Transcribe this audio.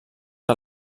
que